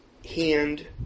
hand